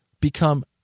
become